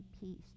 peace